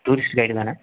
tourist guide தானே